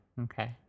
okay